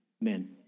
men